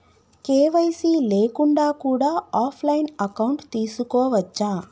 KYC లేకుండా కూడా offline account తీసుకోవచ్చా?